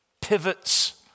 pivots